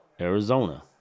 Arizona